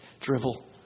drivel